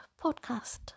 podcast